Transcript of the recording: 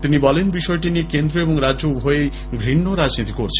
তিনি বলেন বিষয়টি নিয়ে কেন্দ্র এবং রাজ্য উভয়েই ঘৃন্য রাজনীতি করছে